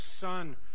son